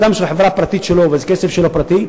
אדם שזאת חברה פרטית שלו וזה כסף פרטי,